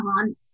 on